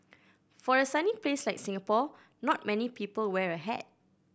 for a sunny place like Singapore not many people wear a hat